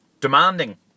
demanding